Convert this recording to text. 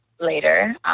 later